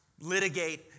litigate